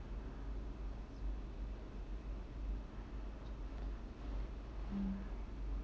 hmm